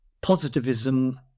positivism